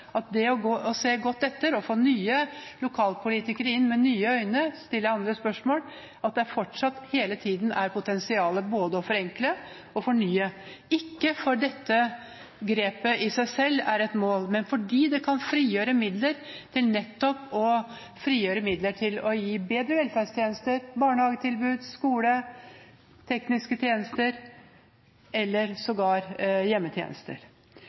det hele tatt lokalt folkevalgt, at når man ser godt etter og får nye lokalpolitikere inn som ser på det med nye øyne og stiller andre spørsmål, er det fortsatt hele tiden potensial for både å forenkle og fornye, ikke fordi dette grepet i seg selv er et mål, men fordi det bidrar til nettopp å frigjøre midler til bedre velferdstjenester, barnehagetilbud, skoler, tekniske tjenester eller sågar hjemmetjenester.